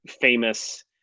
famous